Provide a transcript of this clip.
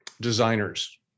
designers